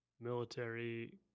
military